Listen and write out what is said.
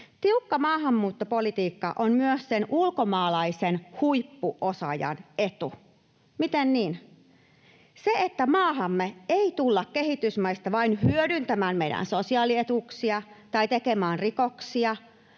Tiukka maahanmuuttopolitiikka on myös sen ulkomaalaisen huippuosaajan etu. Miten niin? Se, että maahamme ei tulla kehitysmaista vain hyödyntämään meidän sosiaalietuuksiamme tai tekemään rikoksia